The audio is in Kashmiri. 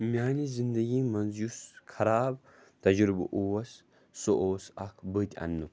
میٛانہِ زندگی منٛز یُس خراب تَجرُبہٕ اوس سُہ اوس اَکھ بٔتۍ اَننُک